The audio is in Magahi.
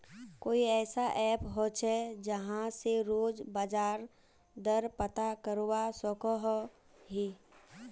कोई ऐसा ऐप होचे जहा से रोज बाजार दर पता करवा सकोहो ही?